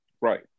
right